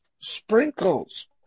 Sprinkles